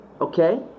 Okay